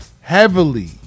heavily